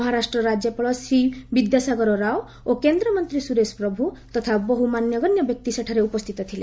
ମହାରାଷ୍ଟ୍ର ରାକ୍ୟପାଳ ସି ବିଦ୍ୟାସାଗର ରାଓ ଓ କେନ୍ଦ୍ରମନ୍ତ୍ରୀ ସୁରେଶ ପ୍ରଭୁ ତଥା ବହୁ ମାନ୍ୟଗଣ୍ୟ ବ୍ୟକ୍ତି ସେଠାରେ ଉପସ୍ଥିତ ଥିଲେ